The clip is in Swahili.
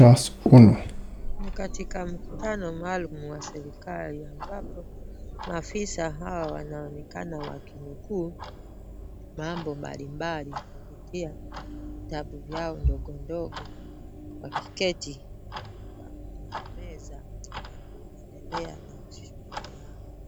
Ni katika mkutano maalum wa serikali ambapo maafisa hawa wanaonekana wakinuku mambo mbalimbali ,pia vitabu vyao ndogo ndogo wakiketi kwa meza chini yao.